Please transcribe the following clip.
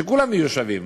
שכולם יהיו שווים.